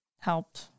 Helped